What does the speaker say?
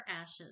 ashes